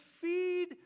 feed